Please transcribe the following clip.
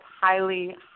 highly